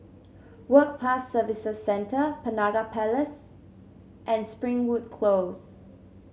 Work Pass Services Center Penaga Place and Springwood Close